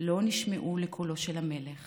לא נשמעו לקולו של המלך